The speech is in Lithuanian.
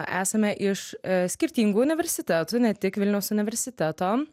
esame iš skirtingų universitetų ne tik vilniaus universiteto